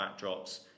backdrops